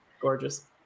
Gorgeous